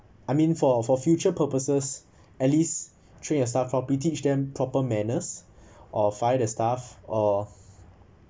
I mean for uh for future purposes at least train your staff pro~ teach them proper manners or find a staff or